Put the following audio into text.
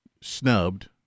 snubbed